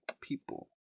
people